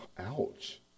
Ouch